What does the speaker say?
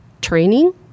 training